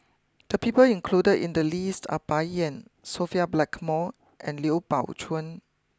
the people included in the list are Bai Yan Sophia Blackmore and Liu Pao Chuen